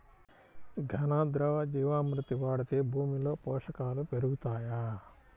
ఘన, ద్రవ జీవా మృతి వాడితే భూమిలో పోషకాలు పెరుగుతాయా?